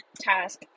task